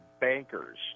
bankers